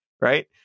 Right